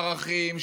ערכים,